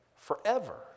forever